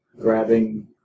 grabbing